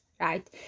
right